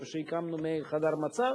איפה שהקמנו מעין חדר מצב.